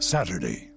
Saturday